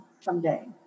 someday